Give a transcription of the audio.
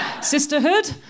Sisterhood